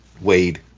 Wade